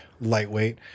lightweight